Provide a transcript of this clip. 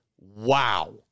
Wow